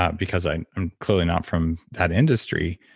ah because i'm i'm clearly not from that industry.